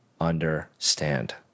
understand